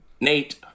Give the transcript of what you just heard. Nate